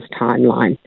timeline